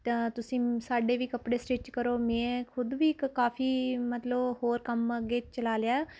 ਤਾਂ ਤੁਸੀਂ ਸਾਡੇ ਵੀ ਕੱਪੜੇ ਸਟਿਚ ਕਰੋ ਮੈਂ ਖੁਦ ਵੀ ਇੱਕ ਕਾਫ਼ੀ ਮਤਲਬ ਹੋਰ ਕੰਮ ਅੱਗੇ ਚਲਾ ਲਿਆ